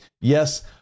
Yes